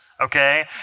okay